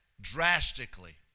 drastically